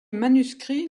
manuscrit